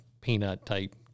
peanut-type